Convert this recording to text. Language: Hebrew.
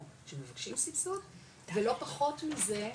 או שמבקשים סבסוד ולא פחות מזה,